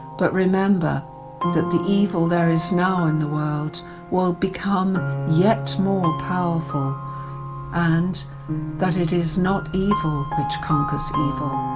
but remember that the evil there is now in the world will become yet more powerful and that it is not evil which conquers evil,